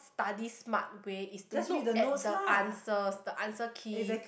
study smart way is to look at the answers the answer key